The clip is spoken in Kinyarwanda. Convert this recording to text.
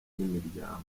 nimiryango